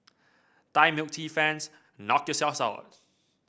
Thai milk tea fans knock yourselves out